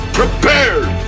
prepared